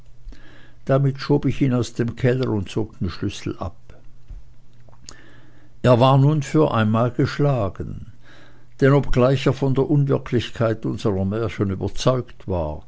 damit schob ich ihn aus dem keller und zog den schlüssel ab er war nun für einmal geschlagen denn obgleich er von der unwirklichkeit unserer märchen überzeugt war